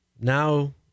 Now